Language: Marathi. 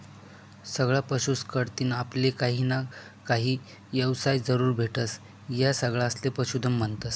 सगळा पशुस कढतीन आपले काहीना काही येवसाय जरूर भेटस, या सगळासले पशुधन म्हन्तस